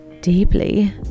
deeply